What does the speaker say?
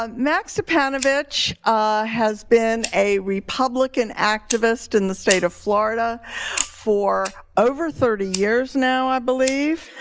um mac stipanovich has been a republican activist in the state of florida for over thirty years now, i believe.